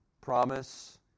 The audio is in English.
promise